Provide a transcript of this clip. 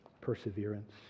perseverance